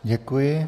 Děkuji.